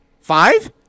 Five